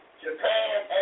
Japan